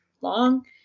long